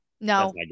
no